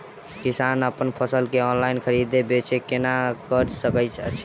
किसान अप्पन फसल केँ ऑनलाइन खरीदै बेच केना कऽ सकैत अछि?